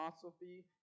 philosophy